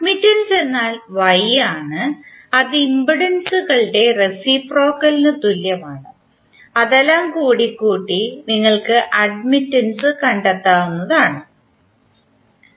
admittance എന്നാൽ Y ആണ് അത് ഇംപെൻഡൻസുകളുടെ റേസിപ്രോക്കൽ നു തുല്യമാണ് അതെല്ലാം കൂടി കൂട്ടി നിങ്ങൾക് അട്മിറ്റെൻസ് കണ്ടെത്താവുന്നത് ആണ്